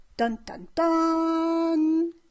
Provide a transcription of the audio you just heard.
Dun-dun-dun